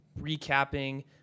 recapping –